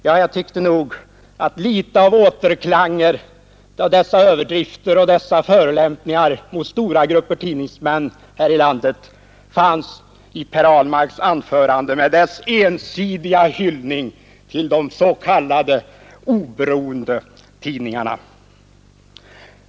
Jag tyckte nog att litet av återklanger av dessa överdrifter och dessa förolämpningar mot stora grupper tidningsmän i landet fanns i Per Ahlmarks anförande med dess ensidiga hyllning till de s.k. oberoende tidningarna.